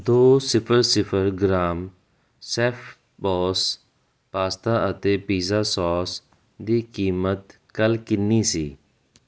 ਦੋ ਸਿਫਰ ਸਿਫਰ ਗ੍ਰਾਮ ਸ਼ੈੱਫਬੌਸ ਪਾਸਤਾ ਅਤੇ ਪੀਜ਼ਾ ਸੌਸ ਦੀ ਕੀਮਤ ਕੱਲ੍ਹ ਕਿੰਨੀ ਸੀ